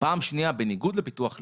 פעם שניה, בניגוד לביטוח לאומי,